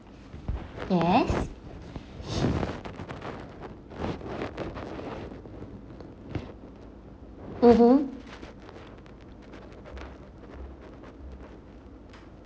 yes mmhmm